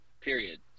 period